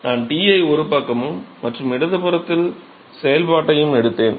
நான் T ஐ ஒரு பக்கமும் மற்றும் இடது புறத்தில் செயல்பாட்டையும் எடுத்தேன்